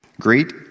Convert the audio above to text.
Great